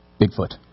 Bigfoot